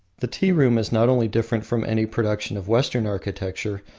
the tea-room is not only different from any production of western architecture,